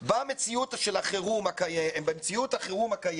במציאות החירום הקיימת,